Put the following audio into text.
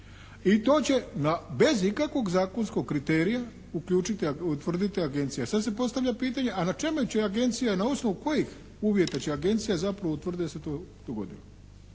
I to će na, bez ikakvog zakonskog kriterija uključiti, utvrditi agencija. Sad se postavlja pitanje, a na čemu će agencija, na osnovu kojih uvjeta će agencija zapravo utvrditi da se to dogodilo?